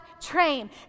train